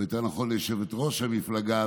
או יותר נכון ליושבת-ראש המפלגה,